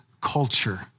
culture